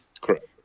Correct